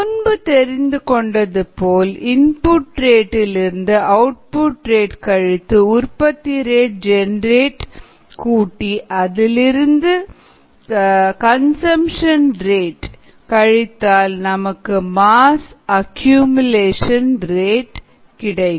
முன்பு தெரிந்து கொண்டது போல் இன்புட் ரேட் விலிருந்து அவுட்புட் ரேட் கழித்து உற்பத்தி ரேட் கூட்டி அதிலிருந்து கன்சப்ஷன் ரேட் கழித்தால் நமக்கு மாஸ் ஆக்குமுலேஷன் ரேட் கிடைக்கும்